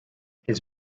his